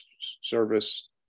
service